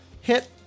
hit